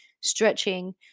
Stretching